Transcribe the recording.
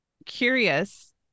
curious